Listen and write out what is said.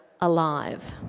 alive